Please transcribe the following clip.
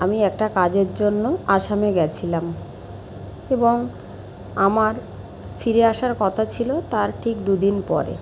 আমি একটা কাজের জন্য আসামে গিয়েছিলাম এবং আমার ফিরে আসার কথা ছিলো তার ঠিক দু দিন পরে